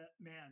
man